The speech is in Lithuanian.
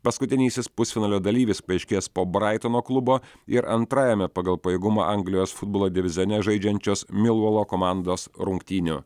paskutinysis pusfinalio dalyvis paaiškės po braitono klubo ir antrajame pagal pajėgumą anglijos futbolo divizione žaidžiančios milvolo komandos rungtynių